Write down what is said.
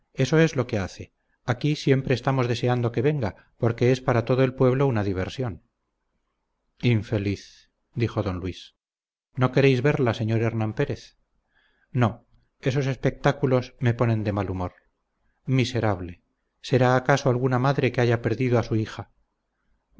eso es lo que hace aquí siempre estamos deseando que venga porque es para todo el pueblo una diversión infeliz dijo don luis no queréis verla señor hernán pérez no esos espectáculos me ponen de mal humor miserable será acaso alguna madre que haya perdido a su hija